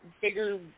bigger